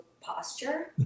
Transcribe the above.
posture